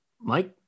Mike